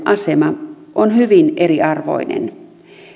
asema on hyvin eriarvoinen kuin samanikäisen keskoslapsen